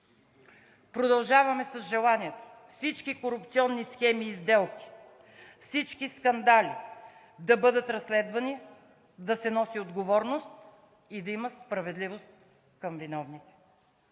Продължаваме с желанието всички корупционни схеми и сделки, всички скандали да бъдат разследвани, да се носи отговорност и да има справедливост към виновните.